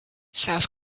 south